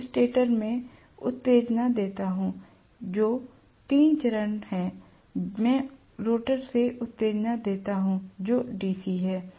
मैं स्टेटर से उत्तेजना देता हूं जो तीन चरण है मैं रोटर से उत्तेजना देता हूं जो DC है